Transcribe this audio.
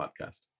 podcast